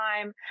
time